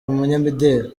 umunyamideri